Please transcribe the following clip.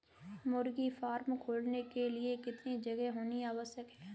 मुर्गी फार्म खोलने के लिए कितनी जगह होनी आवश्यक है?